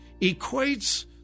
equates